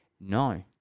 No